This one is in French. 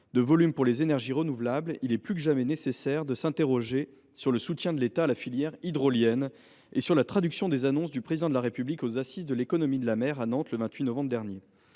de volume pour les énergies renouvelables, il est plus que jamais nécessaire de s’interroger sur le soutien de l’État à la filière hydrolienne et sur la traduction des annonces du Président de la République aux Assises de l’économie de la mer, à Nantes, le 28 novembre dernier.